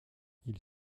ils